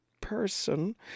person